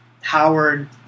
Howard